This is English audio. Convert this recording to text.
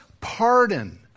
pardon